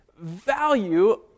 value